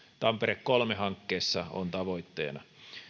tampere kolmessa hankkeessa on tavoitteena